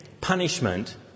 punishment